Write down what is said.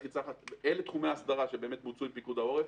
אלה תחומי ההסדרה שבוצעו עם פיקוד העורף.